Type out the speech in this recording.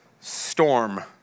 storm